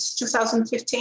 2015